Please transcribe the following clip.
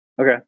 Okay